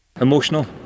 Emotional